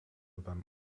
beim